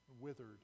withered